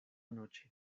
noche